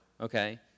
Okay